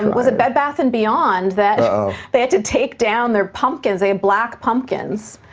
was it bed, bath and beyond that they had to take down their pumpkins, they had black pumpkins,